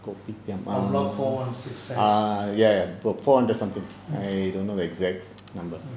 block four one six side mm